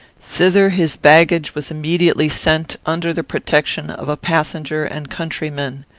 thither his baggage was immediately sent under the protection of a passenger and countryman.